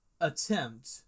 attempt